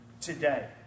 today